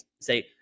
say